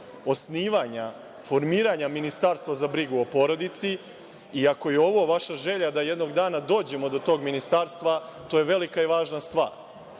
osnivanja, formiranja ministarstva za brigu o porodici i ako je ovo vaša želja da jednog dana dođemo do tog ministarstva, to je velika i važna stvar,